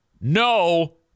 no